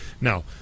now